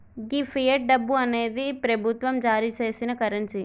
గీ fiat డబ్బు అనేది ప్రభుత్వం జారీ సేసిన కరెన్సీ